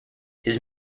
his